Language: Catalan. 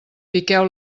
piqueu